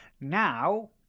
Now